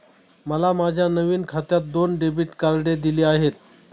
मला माझ्या नवीन खात्यात दोन डेबिट कार्डे दिली आहेत